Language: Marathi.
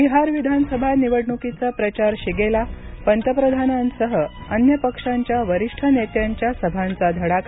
बिहार विधानसभा निवडणुकीचा प्रचार शिगेला पंतप्रधानांसह अन्य पक्षांच्या वरिष्ठ नेत्यांच्या सभांचा धडाका